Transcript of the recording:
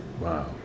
Wow